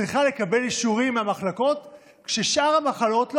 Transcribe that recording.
צריכה לקבל אישורים המחלקות, כששאר המחלות לא.